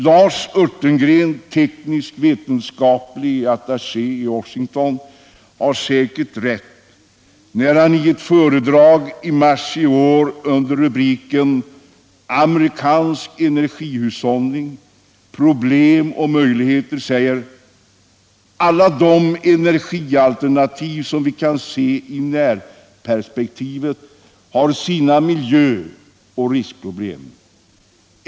Lars Örtengren — teknisk-vetenskaplig attaché i Washington — har säkert rätt, när han i ett föredrag i mars i år under rubriken ”Amerikansk energihushållning — problem och möjligheter” säger: ”Alla de energialternativ som vi kan se i närperspektivet har sina miljöoch riskproblem.